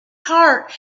heart